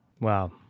Wow